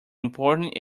important